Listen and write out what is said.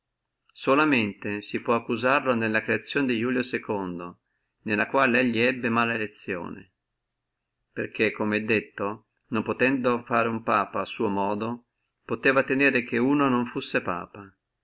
solamente si può accusarlo nella creazione di iulio pontefice nella quale lui ebbe mala elezione perché come è detto non possendo fare uno papa a suo modo poteva tenere che uno non fussi papa